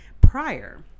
prior